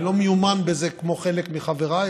אני לא מיומן בזה כמו חלק מחבריי,